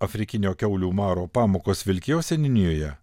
afrikinio kiaulių maro pamokos vilkijos seniūnijoje